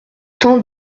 tant